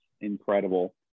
incredible